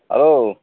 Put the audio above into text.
hello